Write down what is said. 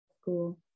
school